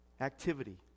Activity